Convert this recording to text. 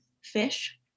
fish